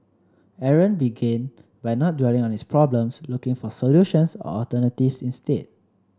Aaron began by not dwelling on his problems looking for solutions or alternatives instead